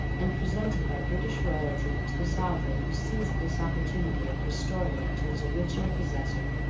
and presented by british royalty to the sovereign who seized this opportunity of restoring it to its original possessor.